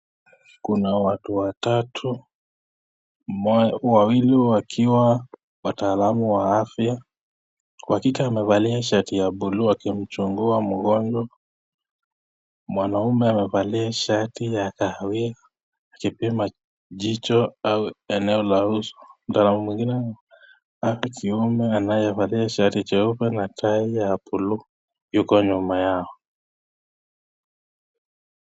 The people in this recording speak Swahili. Kuna watu watatu, wawili wakiwa wataalamu wa afya, wa kike amevalia shati ya blu akimchungua mgonjwa. Mwanaume amevalia shati ya kahawia akipima jicho au eneo la uso. Mtaalam mwingine wa kiume anayevalia shati jeupe na tai ya blu, yuko nyuma yao.